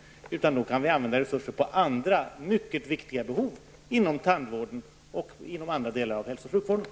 I stället kan vi nu använda resurserna för andra mycket viktiga behov inom tandvården och inom andra delar av hälso och sjukvården.